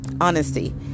honesty